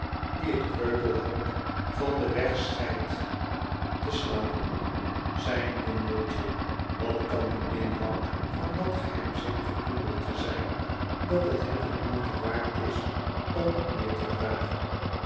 die t kreupelhout van den weg scheidt te slapen zijn bundeltje wat kan de inhoud van dat geheimzinnig bundeltje zijn dat t hem de moeite waard is om t mee te dragen